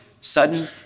sudden